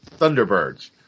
Thunderbirds